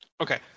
Okay